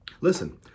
Listen